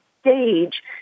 stage